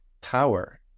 power